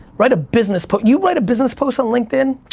write a business post, you write a business post on linkedin,